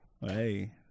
Hey